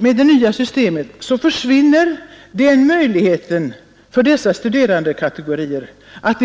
Med det nya systemet försvinner för dessa studerandekategorier